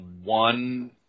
one